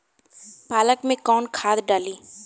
पालक में कौन खाद डाली?